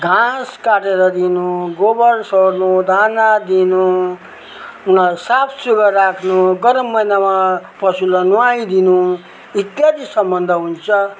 घाँस काटेर दिनु गोबर सोर्नु दाना दिनु उनीहरू साफसुग्घर राख्नु गरम महिनामा पशुलाई नुहाइदिनु इत्यादि सम्बन्ध हुन्छ